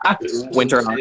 Winter